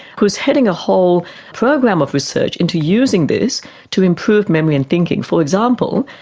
who is heading a whole program of research into using this to improve memory and thinking. for example,